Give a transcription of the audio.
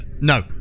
no